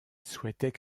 souhaitait